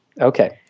Okay